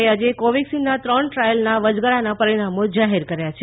એ આજે કોવેક્સિનના ત્રણ ટ્રાયલના વચગાળાનાં પરિણામો જાહેર કર્યા છે